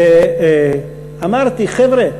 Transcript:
ואמרתי: חבר'ה,